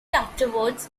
afterwards